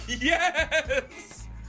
Yes